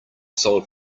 sold